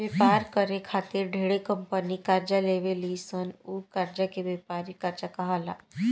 व्यापार करे खातिर ढेरे कंपनी कर्जा लेवे ली सन उ कर्जा के व्यापारिक कर्जा कहाला